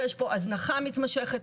ויש פה הזנחה מתמשכת,